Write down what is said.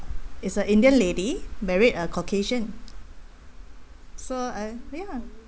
it's a indian lady married a caucasian so uh I ya